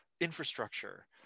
infrastructure